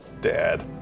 Dad